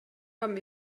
haben